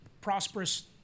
prosperous